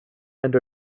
and